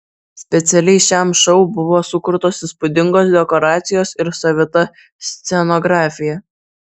specialiai šiam šou buvo sukurtos įspūdingos dekoracijos ir savita scenografija